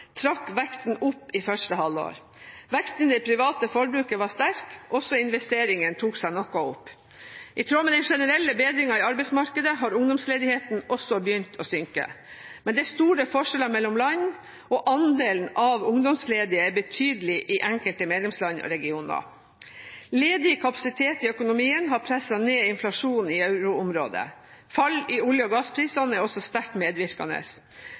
trakk veksten opp i første halvår. Veksten i det private forbruket var sterk. Også investeringene tok seg noe opp. I tråd med den generelle bedringen i arbeidsmarkedet har ungdomsledigheten også begynt å synke. Men det er store forskjeller mellom land, og andelen ungdomsledige er betydelig i enkelte medlemsland og regioner. Ledig kapasitet i økonomien har presset ned inflasjonen i euroområdet. Fall i olje- og gassprisene er også sterkt medvirkende.